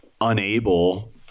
unable